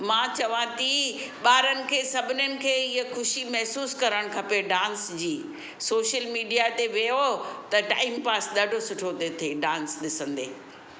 मां चवां थी ॿारनि खे सभिनीनि खे ये ख़ुशी महसूसु करणु खपे डांस जी सोशल मीडिया ते वेहो त टाइम पास ॾाढो सुठो थो थिए डांस ॾिसंदे